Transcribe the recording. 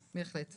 בהחלט.